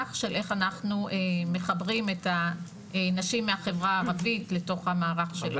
מהלך של איך אנחנו מחברים את הנשים מהחברה הערבית לתוך המערך שלנו.